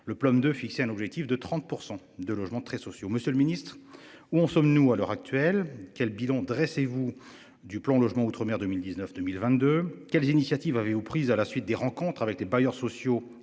Le plan de fixer un objectif de 30% de logements très sociaux. Monsieur le Ministre où en sommes-nous à l'heure actuelle, quel bilan dressez-vous du plan logement outre-mer 2019 2022. Quelles initiatives avaient aux prises à la suite des rencontres avec les bailleurs sociaux